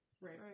Right